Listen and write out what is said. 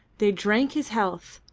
they drank his health,